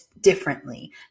differently